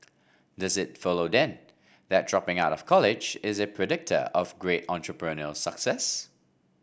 does it follow then that dropping out of college is a predictor of great entrepreneurial success